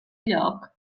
lloc